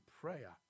prayer